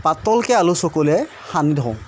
পাতলকৈ আলু চকলিয়াই সানি থওঁ